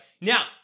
Now